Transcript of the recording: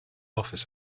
office